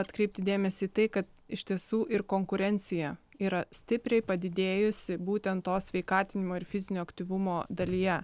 atkreipti dėmesį tai kad iš tiesų ir konkurencija yra stipriai padidėjusi būtent to sveikatinimo ir fizinio aktyvumo dalyje